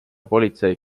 politsei